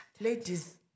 Ladies